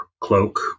cloak